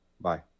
bye